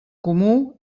comú